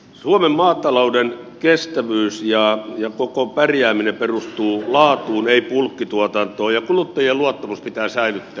suomen maatalouden kestävyys ja koko pärjääminen perustuu laatuun ei bulkkituotantoon ja kuluttajien luottamus pitää säilyttää